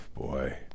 boy